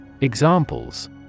Examples